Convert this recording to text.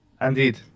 Indeed